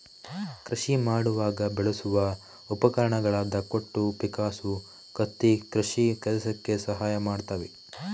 ಕೃಷಿ ಮಾಡುವಾಗ ಬಳಸುವ ಉಪಕರಣಗಳಾದ ಕೊಟ್ಟು, ಪಿಕ್ಕಾಸು, ಕತ್ತಿಗಳು ಕೃಷಿ ಕೆಲಸಕ್ಕೆ ಸಹಾಯ ಮಾಡ್ತವೆ